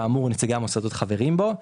שנציגי המוסדות חברים בו.